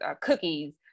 cookies